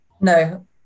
No